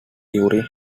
during